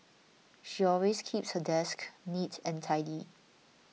she always keeps her desk neat and tidy